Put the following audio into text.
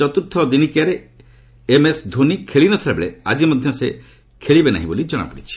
ଚତ୍ରୁର୍ଥ ଦିନିକିଆରେ ଏମ୍ଏସ୍ ଧୋନି ଖେଳି ନଥିବାବେଳେ ଆଜି ମଧ୍ୟ ସେ ଖେଳିବେ ନାହିଁ ବୋଲି ଜଣାପଡ଼ିଛି